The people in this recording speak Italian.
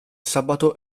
sabato